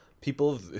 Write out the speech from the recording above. people